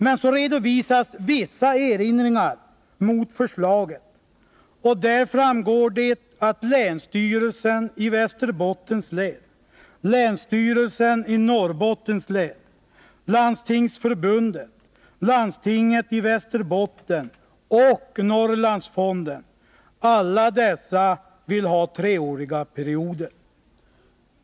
Men så redovisas vissa erinringar mot förslaget, och där framgår det att länsstyrelsen i Västerbottens län, länsstyrelsen i Norrbottens län, Landstingsförbundet, landstinget i Västerbottens län och Norrlandsfonden alla vill ha treåriga perioder.